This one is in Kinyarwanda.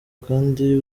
kandi